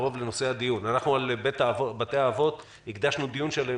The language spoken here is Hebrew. שחייב להיות בתוך זה גוף שייתן מענה לכל הציבור בצורה כזו